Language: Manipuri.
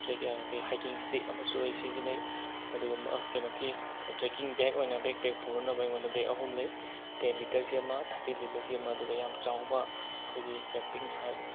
ꯇ꯭ꯔꯦꯛ ꯀꯩ ꯍꯥꯏꯀꯤꯡ ꯏꯁꯇꯤꯛ ꯑꯃꯁꯨ ꯑꯩ ꯁꯤꯖꯤꯟꯅꯩ ꯑꯗꯨꯒꯨꯝꯕ ꯀꯩꯅꯣꯒꯤ ꯇ꯭ꯔꯦꯛꯀꯤꯡ ꯕꯦꯛ ꯑꯣꯏꯅ ꯕꯦꯛꯄꯦꯛ ꯄꯨꯅꯅꯕ ꯑꯩꯉꯣꯟꯗ ꯕꯦꯛ ꯑꯍꯨꯝ ꯂꯩ ꯇꯦꯟ ꯂꯤꯇꯔꯒꯤ ꯑꯃ ꯊꯥꯔꯇꯤ ꯂꯤꯇꯔꯒꯤ ꯑꯃ ꯑꯗꯨꯒ ꯌꯥꯝ ꯆꯥꯎꯕ ꯑꯩꯈꯣꯏꯒꯤ ꯀꯦꯝꯄꯤꯡ ꯁꯥꯏꯠ